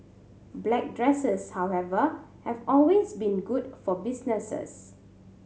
black dresses however have always been good for businesses